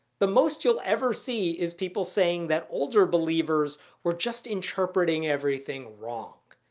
the most you'll ever see is people saying that older believers were just interpreting everything wrong.